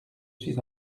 suis